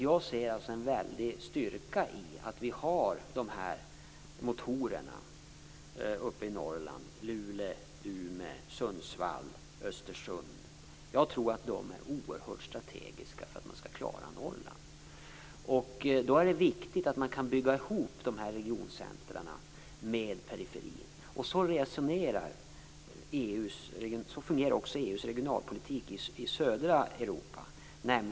Jag ser alltså en väldig styrka i att vi har de här motorerna uppe i Norrland: Luleå, Umeå, Sundsvall och Östersund. Jag tror att de är oerhört strategiska för att man skall klara Norrland. Det är viktigt att man kan bygga ihop de här regioncentrumen med periferin. Så fungerar också EU:s regionalpolitik i södra Europa.